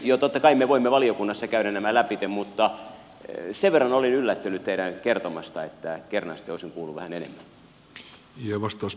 totta kai me voimme valiokunnassa käydä nämä läpi mutta sen verran olin yllättynyt teidän kertomastanne että kernaasti olisin kuullut vähän enemmän